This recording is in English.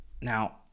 Now